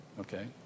okay